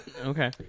Okay